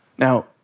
Now